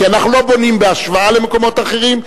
כי אנחנו לא בונים בהשוואה למקומות אחרים,